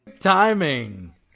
Timing